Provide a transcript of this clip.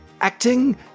acting